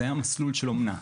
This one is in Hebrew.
זה המסלול של אומנה.